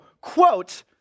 quote